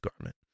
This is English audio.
garment